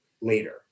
later